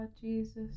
Jesus